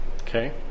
Okay